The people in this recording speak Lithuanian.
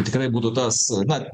tikrai būtų tas na